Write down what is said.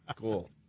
cool